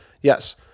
yes